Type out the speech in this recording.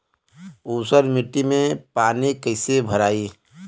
ऊसर मिट्टी में पानी कईसे भराई?